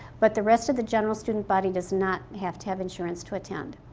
but the rest of the general student body does not have to have insurance to attend.